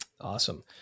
Awesome